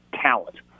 talent